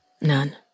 none